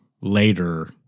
later